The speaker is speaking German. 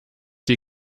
die